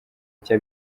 nshya